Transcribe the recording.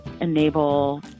enable